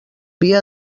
via